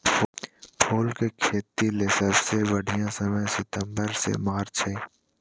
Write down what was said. फूल के खेतीले सबसे बढ़िया समय सितंबर से मार्च हई